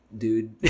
dude